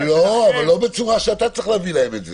אבל לא ככה שאתה צריך להביא להם את זה.